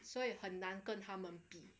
所以很难跟他们比